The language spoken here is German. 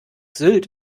sylt